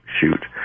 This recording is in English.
shoot